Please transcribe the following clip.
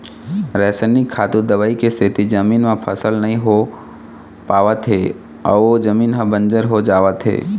रसइनिक खातू, दवई के सेती जमीन म फसल नइ हो पावत हे अउ जमीन ह बंजर हो जावत हे